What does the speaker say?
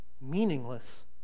meaningless